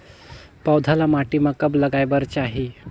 पौधा ल माटी म कब लगाए बर चाही?